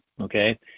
okay